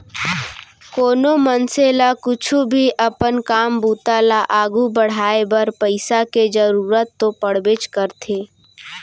कोनो मनसे ल कुछु भी अपन काम बूता ल आघू बढ़ाय बर पइसा के जरूरत तो पड़बेच करथे